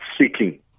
seeking